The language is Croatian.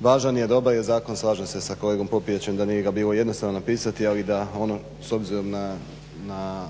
Važan je, dobar je, slažem se sa kolegom Popijačem da nije ga bilo jednostavno napisati ali da ono s obzirom na